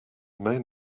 main